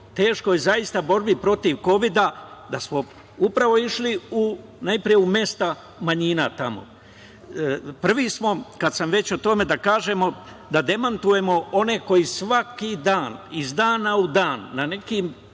teškoj borbi protiv Kovida-19 da smo upravo išli najpre u mesta manjina. Prvi smo, kad sam već kod toga, da kažemo, da demantujemo one koji svaki dan, iz dana u dan, na nekim